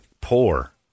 poor